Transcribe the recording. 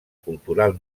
cultural